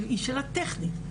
זאת שאלה טכנית,